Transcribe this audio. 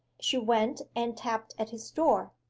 she went and tapped at his door.